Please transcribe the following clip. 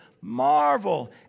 marvel